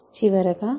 చివరగా 𝚽a